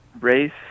race